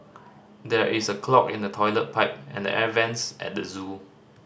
there is a clog in the toilet pipe and the air vents at the zoo